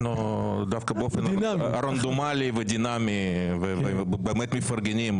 אנחנו דווקא באופן רנדומלי ודינמי ובאמת מפרגנים,